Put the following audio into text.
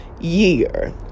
year